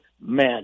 men